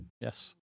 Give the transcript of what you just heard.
Yes